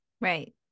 Right